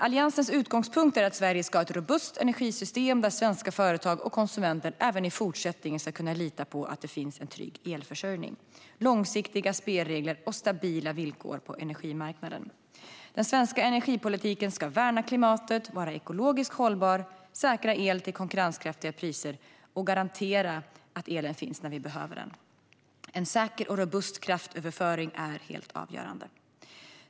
Alliansens utgångspunkt är att Sverige ska ha ett robust energisystem, där svenska företag och konsumenter även i fortsättningen ska kunna lita på att det finns en trygg elförsörjning, långsiktiga spelregler och stabila villkor på energimarknaden. Den svenska energipolitiken ska värna klimatet, vara ekologiskt hållbar, säkra el till konkurrenskraftiga priser och garantera att elen finns när vi behöver den. En säker och robust kraftöverföring är helt avgörande.